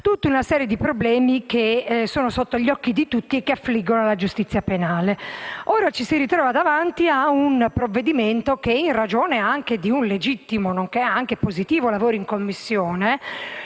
tutta una serie di problemi che sono sotto gli occhi di tutti e che affliggono la giustizia penale. Ora ci si ritrova davanti a un provvedimento che, in ragione di un legittimo nonché positivo lavoro in Commissione,